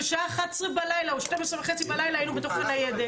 ושעה 23:00 בלילה או 00:30 בלילה היינו בתוך הניידת.